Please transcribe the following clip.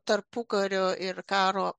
tarpukario ir karo